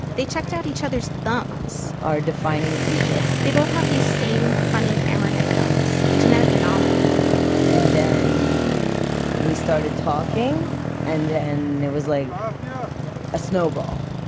they checked out each other's thumbs our defining feature they both have these same funny hammerhead thumbs a genetic anomaly and then we started talking and then it was like a snowball.